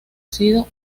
sido